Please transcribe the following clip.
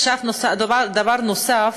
דבר נוסף